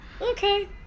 okay